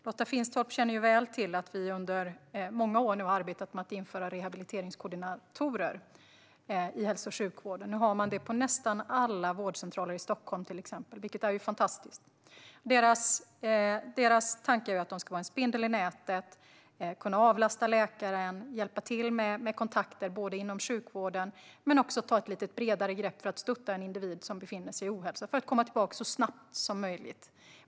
Lotta Finstorp känner väl till att vi har arbetat under många år med att införa rehabiliteringskoordinatorer i hälso och sjukvården. De finns nu på nästan alla vårdcentraler i Stockholm till exempel, vilket är fantastiskt. Tanken är att man ska vara en spindel i nätet, kunna avlasta läkaren och hjälpa till med kontakter inom sjukvården men ska också ta ett bredare grepp för att stötta en individ som befinner sig i ohälsa att kunna komma tillbaka så snabbt som möjligt.